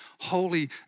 holy